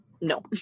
No